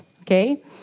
okay